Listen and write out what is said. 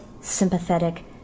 sympathetic